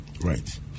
Right